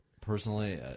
personally